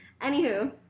anywho